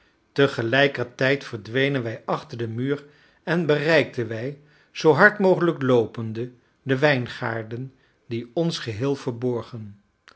tegelijkertijd verdwenen wij achter den muur en bereikten wij zoo hard mogelijk loopende de wijngaarden die ons geheel verborgen